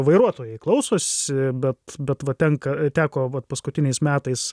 vairuotojai klausosi bet bet va tenka teko vat paskutiniais metais